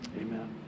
amen